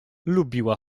lubiła